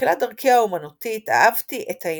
"בתחילת דרכי האומנותית, אהבתי את האנושיות.